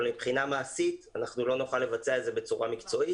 אבל מבחינה מעשית אנחנו לא נוכל לבצע את זה בצורה מקצועית.